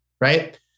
Right